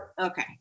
Okay